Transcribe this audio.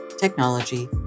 technology